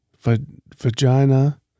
Vagina